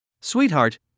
Sweetheart